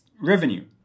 revenue